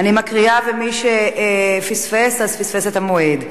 אני מקריאה ומי שפספס, פספס את המועד.